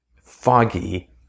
foggy